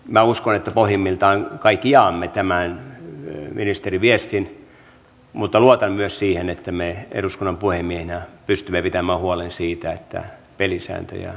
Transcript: minä uskon että pohjimmiltamme kaikki jaamme tämän ministerin viestin mutta luotan myös siihen että me eduskunnan puhemiehinä pystymme pitämään huolen siitä että pelisääntöjä noudatetaan